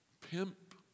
pimp